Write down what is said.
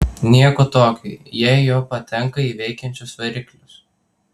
nieko tokio jei jo patenka į veikiančius variklius